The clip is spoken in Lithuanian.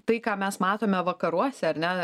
tai ką mes matome vakaruose ar ne